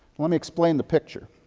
let me explain the picture.